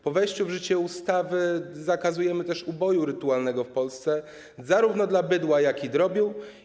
Po wejściu w życie ustawy zakazujemy też uboju rytualnego w Polsce, zarówno bydła, jak i drobiu.